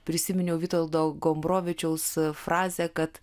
prisiminiau witoldo gombrowicziaus frazę kad